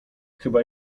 chyba